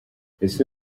ese